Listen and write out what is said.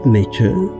nature